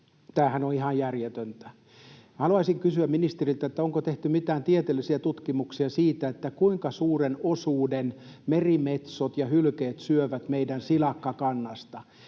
Tämähän on ihan järjetöntä. Haluaisin kysyä ministeriltä: onko tehty mitään tieteellisiä tutkimuksia siitä, kuinka suuren osuuden merimetsot ja hylkeet syövät meidän silakkakannasta?